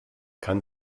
kann